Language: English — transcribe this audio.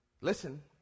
Listen